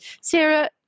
Sarah